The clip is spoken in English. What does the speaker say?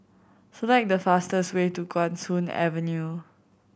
select the fastest way to Guan Soon Avenue